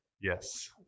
Yes